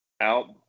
out